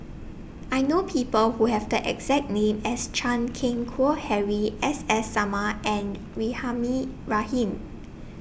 I know People Who Have The exact name as Chan Keng Howe Harry S S Sarma and Rahimah Rahim